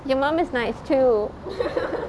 your mum is nice too